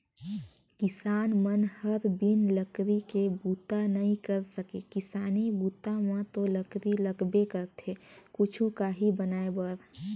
किसान मन हर बिन लकरी के बूता नइ कर सके किसानी बूता म तो लकरी लगबे करथे कुछु काही बनाय म